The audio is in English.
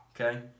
okay